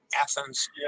Athens